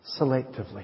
selectively